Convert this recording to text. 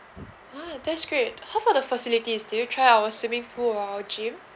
ah that's great how about the facilities do you try our swimming pool or gym